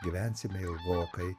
gyvensime ilgokai